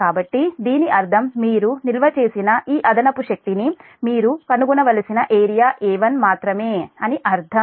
కాబట్టి దీని అర్థం మీరు నిల్వ చేసిన ఈ అదనపు శక్తిని మీరు కనుగొనవలసిన ఏరియా A1 మాత్రమే అని అర్థం